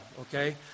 Okay